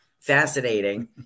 fascinating